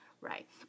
right